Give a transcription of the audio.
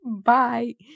Bye